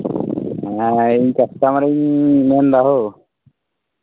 ᱤᱧ ᱠᱟᱥᱴᱚᱢᱟᱨᱤᱧ ᱞᱟᱹᱭᱫᱟ ᱦᱳ